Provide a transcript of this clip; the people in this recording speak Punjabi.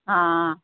ਹਾਂ